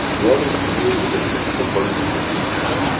one is to do with the physical body which we leave behind,